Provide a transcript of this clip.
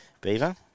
Beaver